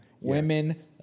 Women